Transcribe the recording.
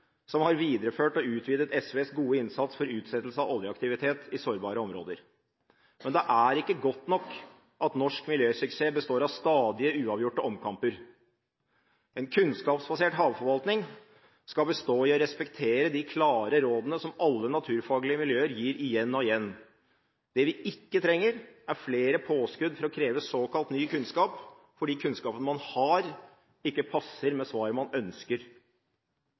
som har videreført og utvidet SVs gode innsats for utsettelse av oljeaktivitet i sårbare områder. Men det er ikke godt nok at norsk miljøsuksess består av stadige uavgjorte omkamper. En kunnskapsbasert havforvaltning skal bestå i å respektere de klare rådene som alle naturfaglige miljøer gir igjen og igjen. Det vi ikke trenger, er flere påskudd for å kreve såkalt ny kunnskap, fordi kunnskapen man har, ikke passer med svarene man ønsker.